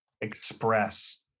express